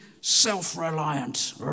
self-reliant